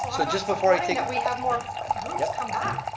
so so just before i take that we have more groups come back.